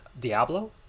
Diablo